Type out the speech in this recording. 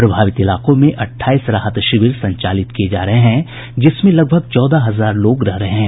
प्रभावित इलाकों में अट्ठाईस राहत शिविर संचालित किये जा रहे हैं जिसमें लगभग चौदह हजार लोग रह रहे हैं